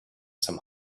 some